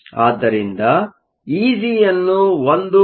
ಆದ್ದರಿಂದ Eg ಯನ್ನು 1